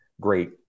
great